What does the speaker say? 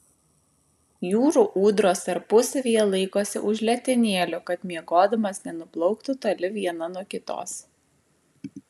jūrų ūdros tarpusavyje laikosi už letenėlių kad miegodamos nenuplauktų toli viena nuo kitos